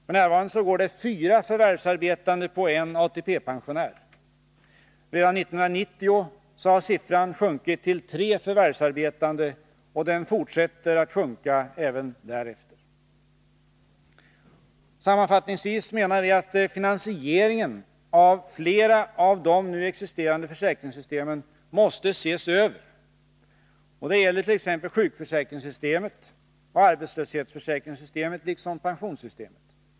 F.n. går det fyra förvärvsarbetande på en ATP pensionär, redan 1990 har siffran sjunkit till tre förvärvsarbetande och den fortsätter att sjunka även därefter. Sammanfattningsvis menar vi att finansieringen av flera av de nu existerande försäkringssystemen måste ses över. Det gäller t.ex. sjukförsäkringssystemet och arbetslöshetsförsäkringssystemet liksom pensionssystemet.